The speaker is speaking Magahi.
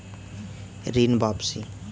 ऋण वापसी?